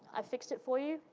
i fixed it for you,